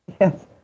Yes